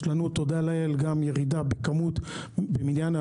תודה לאל, יש לנו ירידה גם במניין ההרוגים,